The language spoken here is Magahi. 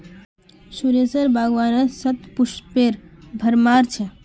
सुरेशेर बागानत शतपुष्पेर भरमार छ